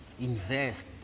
invest